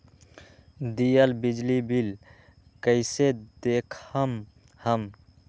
दियल बिजली बिल कइसे देखम हम?